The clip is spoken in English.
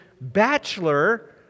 bachelor